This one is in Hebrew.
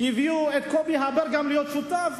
הביאו גם את קובי הבר להיות שותף.